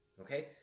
okay